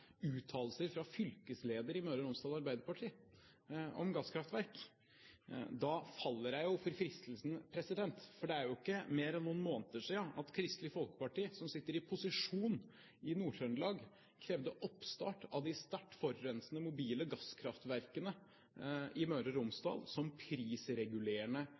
uttalelser fra fylkesledere i Møre og Romsdal Arbeiderparti om gasskraftverk. Da faller jeg for fristelsen – for det er jo ikke mer enn noen måneder siden Kristelig Folkeparti, som sitter i posisjon i Nord-Trøndelag, krevde oppstart av de sterkt forurensende mobile gasskraftverkene i Møre og Romsdal som prisregulerende